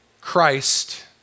Christ